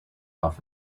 off